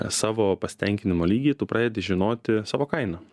savo pasitenkinimo lygį tu pradedi žinoti savo kainą